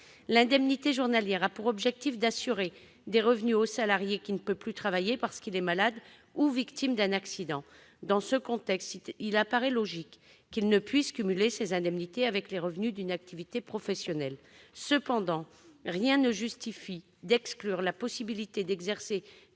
L'indemnité journalière a pour objectif d'assurer des revenus au salarié qui ne peut plus travailler, parce qu'il est malade ou victime d'un accident. Dans ce contexte, il paraît logique qu'il ne puisse cumuler ses indemnités avec les revenus d'une activité professionnelle. Toutefois, rien ne justifie d'exclure la possibilité d'exercer